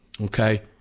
Okay